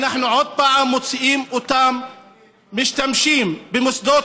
אנחנו עוד פעם מוצאים אותם משתמשים במוסדות